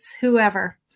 whoever